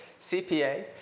CPA